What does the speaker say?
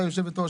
את יושבת הראש,